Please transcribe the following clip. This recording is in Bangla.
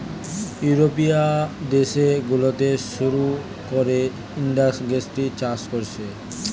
ইউরোপীয় দেশ গুলাতে শুরু কোরে ইন্টিগ্রেটেড চাষ কোরছে